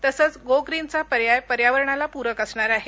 तसंच गो ग्रीनचा पर्याय पर्यावरणाला पूरक असणार आहे